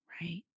Right